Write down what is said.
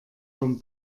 von